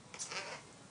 המנהל?